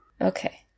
Okay